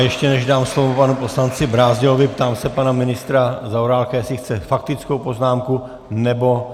Ještě než dám slovo panu poslanci Brázdilovi, ptám se pana ministra Zaorálka, jestli chce faktickou poznámku nebo...